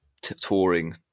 touring